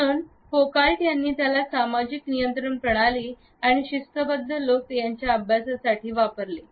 म्हणून फौकॉल्ट यांनी याला सामाजिक नियंत्रण प्रणाली आणि शिस्तबद्ध लोक यांच्या अभ्यासासाठी वापरले